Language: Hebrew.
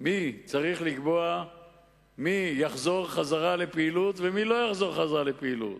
מי צריך לקבוע מי יחזור לפעילות ומי לא יחזור לפעילות.